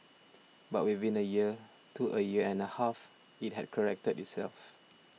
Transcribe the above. but within a year to a year and a half it had corrected itself